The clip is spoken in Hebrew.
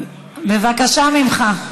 בבקשה ממך.